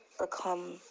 become